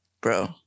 Bro